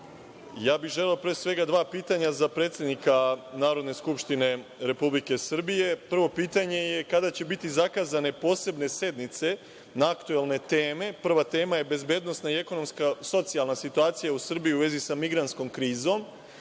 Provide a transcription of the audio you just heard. bih, pre svega dva pitanja za predsednika Narodne skupštine Republike Srbije. Prvo pitanje je, kada će biti zakazane posebne sednice, na aktuelne teme, prva tema je, bezbednosna i ekonomska socijalna situacija u Srbiji u vezi sa migranskom krizom,